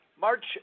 March